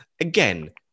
Again